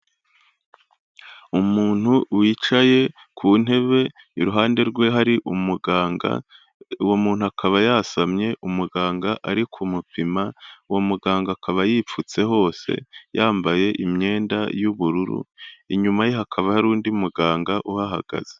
Umuntu wicaye ku ntebe iruhande rwe hari umuganga uwo muntu akaba yasamye umuganga ari kumupima, uwo muganga akaba yipfutse hose yambaye imyenda y'ubururu, inyuma ye hakaba hari undi muganga uhahagaze.